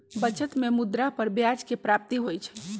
बचत में मुद्रा पर ब्याज के प्राप्ति होइ छइ